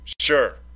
Sure